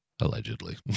Allegedly